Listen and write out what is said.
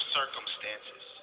circumstances